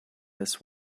this